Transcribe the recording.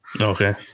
Okay